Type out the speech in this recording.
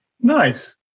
nice